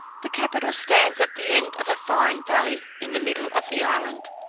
the capital stands at the end of a fine valley, in the middle of the island,